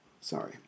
sorry